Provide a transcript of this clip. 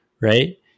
right